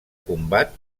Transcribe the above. combat